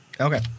Okay